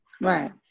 right